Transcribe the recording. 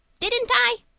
didn't i?